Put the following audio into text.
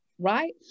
Right